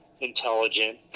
intelligent